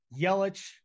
Yelich